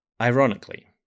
Ironically